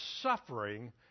suffering